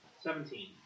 Seventeen